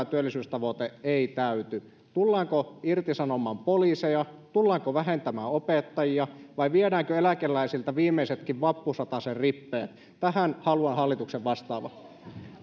työllisyystavoite ei täyty tullaanko irtisanomaan poliiseja tullaanko vähentämään opettajia vai viedäänkö eläkeläisiltä viimeisetkin vappusatasen rippeet tähän haluan hallituksen vastaavan